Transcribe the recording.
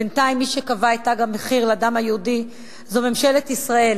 בינתיים מי שקבע את תג המחיר לדם היהודי זו ממשלת ישראל,